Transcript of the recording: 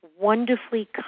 wonderfully